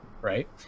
right